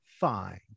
find